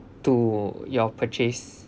to your purchase